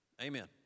amen